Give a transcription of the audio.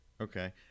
okay